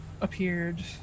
appeared